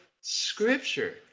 scripture